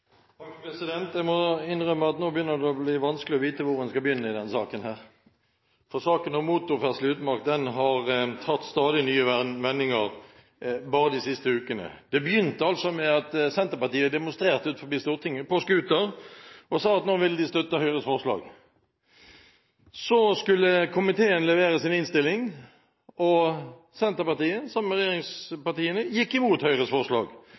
Jeg må innrømme at det nå begynner å bli vanskelig å vite hvor man skal begynne i denne saken, for saken om motorferdsel i utmark har tatt stadig nye vendinger bare de siste ukene. Det begynte med at Senterpartiet demonstrerte utenfor Stortinget på scooter, og sa at nå ville de støtte Høyres forslag. Så skulle komiteen levere sin innstilling, og Senterpartiet – som de andre regjeringspartiene – gikk imot Høyres forslag.